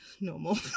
normal